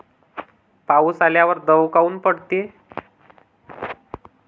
पाऊस आल्यावर दव काऊन पडते?